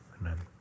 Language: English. Amen